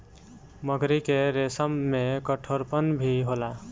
मकड़ी के रेसम में कठोरपन भी होला